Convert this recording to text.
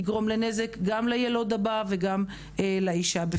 תגרום נזק גם לילוד הבא וגם לאישה.